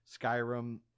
Skyrim